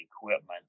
equipment